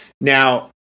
now